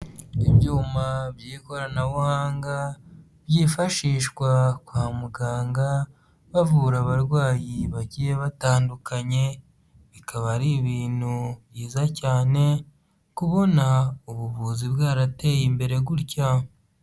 Ibyuma by'ikoranabuhanga byifashishwa kwa muganga bavura abarwayi bagiye batandukanye, bikaba ari ibintu byiza cyane kubona ubuvuzi bwarateye imbere gutya.